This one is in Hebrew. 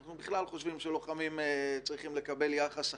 אנחנו בכלל חושבים שלוחמים צריכים לקבל יחס אחר.